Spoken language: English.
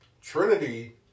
Trinity